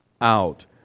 out